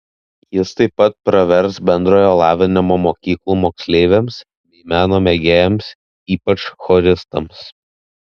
jis taip pat pravers bendrojo lavinimo mokyklų moksleiviams bei meno mėgėjams ypač choristams